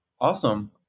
Awesome